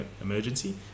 emergency